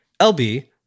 LB